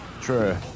True